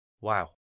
wow